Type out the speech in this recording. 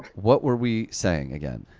what were we saying again?